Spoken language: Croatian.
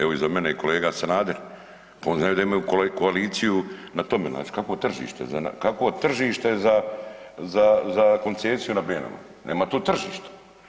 Evo iza mene je kolega Sanader, on znaje da imaju koaliciju na tome znači kakvo tržište, kakvo tržište za, za koncesiju na Benama, nema tu tržišta.